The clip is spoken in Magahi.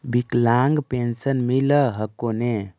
विकलांग पेन्शन मिल हको ने?